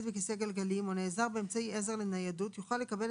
בכיסא גלגלים או נעזר באמצעי עזר לניידות יוכל לקבל